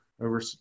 over